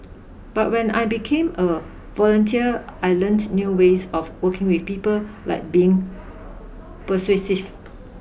but when I became a volunteer I learnt new ways of working with people like being persuasive